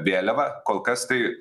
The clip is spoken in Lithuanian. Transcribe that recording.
vėliavą kol kas tai